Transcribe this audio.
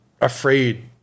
afraid